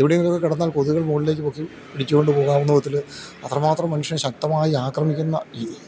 എവിടെയെങ്കിലും ഒക്കെ കിടന്നാൽ കൊതുകുകൾ മോളിലേക്ക് പൊക്കി പിടിച്ചോണ്ട് പോകാവുന്ന വിധത്തിൽ അത്ര മാത്രം മനുഷ്യന് ശക്തമായി ആക്രമിക്കുന്ന രീതി